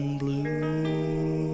blue